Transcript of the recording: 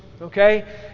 okay